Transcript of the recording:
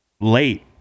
late